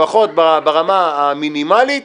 לפחות ברמה המינימלית,